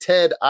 Ted